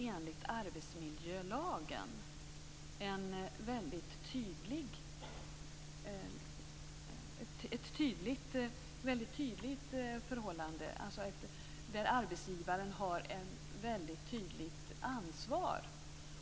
Enligt arbetsmiljölagen krävs det ett väldigt tydligt förhållande, där arbetsgivaren har ett mycket klart ansvar.